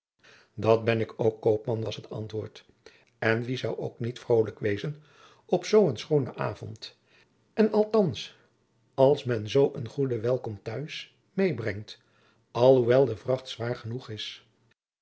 dat ben ik ook koopman was het antwoord en wie zou ook niet vrolijk wezen op zoo een schoonen avond en althands as men zoo een goede welkom t'huis met brengt alhoewel de vracht zwaôr enoeg is